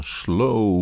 slow